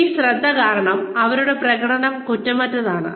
ഈ ശ്രദ്ധ കാരണം അവരുടെ പ്രകടനം കുറ്റമറ്റതാണ്